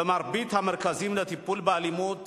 במרבית המרכזים לטיפול באלימות